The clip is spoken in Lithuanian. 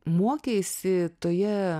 mokeisi toje